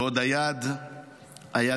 ועוד היד נטויה.